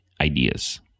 ideas